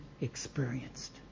experienced